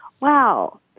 wow